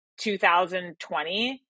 2020